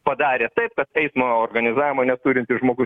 padarė taip kad eismo organizavimo neturintis žmogus